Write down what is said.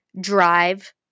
drive